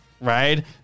right